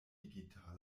digitaler